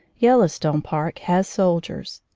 yellow stone park has soldiers.